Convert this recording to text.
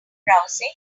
browsing